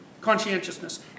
conscientiousness